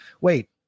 wait